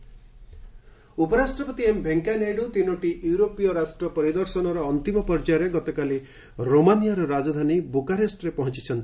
vice president ଉପରାଷ୍ଟ୍ରପତି M Venkaiah Naidu ତିନୋଟି ୟୁରୋପୀୟ ରାଷ୍ଟ୍ର ପରିଦର୍ଶନର ଅନ୍ତିମ ପର୍ଯ୍ୟାୟରେ ଗତକାଲି ରୋମାନିଆର ରାଜଧାନୀ ବୁକାରେଷ୍ଟରେ ପହଞ୍ଚିଛନ୍ତି